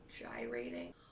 gyrating